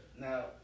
Now